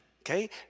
Okay